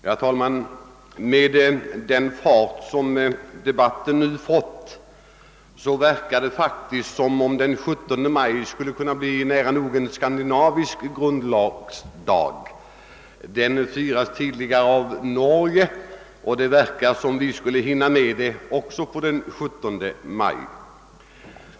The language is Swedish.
Herr talman! Med den fart som debatten nu har fått verkar det som om den 17 maj skulle kunna bli nära nog en skandinavisk grundlagsdag. Denna dag firas tidigare i Norge som grundlagsdag, men det förefaller som om också den svenska riksdagen nu skulle hinna fatta ett stort grundlagsbeslut den 17 maj.